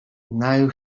now